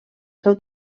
seu